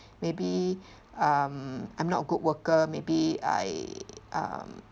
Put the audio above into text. maybe um I'm not a good worker maybe I um